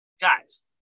Guys